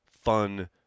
fun